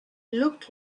looked